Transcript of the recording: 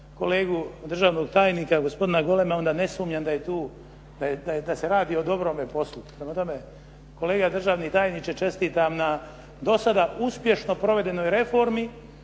kolegu državnog tajnika, gospodina Golema onda ne sumnjam da je tu, da se radi o dobrome poslu. Prema tome, kolega državni tajniče čestitam na do sada uspješno provedenoj reformi